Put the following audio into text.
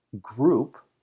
group